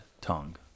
tongue